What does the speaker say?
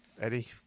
Eddie